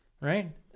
right